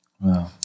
Wow